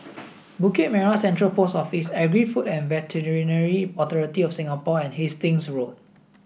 Bukit Merah Central Post Office Agri Food and Veterinary Authority of Singapore and Hastings Road